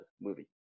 movie